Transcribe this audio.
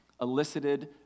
elicited